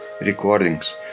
recordings